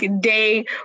day